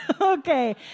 Okay